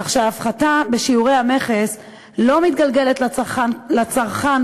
כך שההפחתה בשיעורי המכס לא מתגלגלת לצרכן,